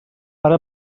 ara